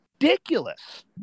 ridiculous